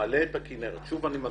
למלא את הכינרת, שוב אני מדגיש,